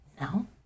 no